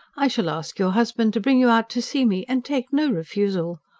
i shall ask your husband to bring you out to see me. and take no refusal.